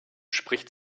spricht